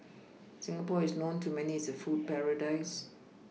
Singapore is known to many as a food paradise